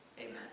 Amen